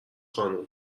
خانم